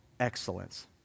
Excellence